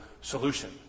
solution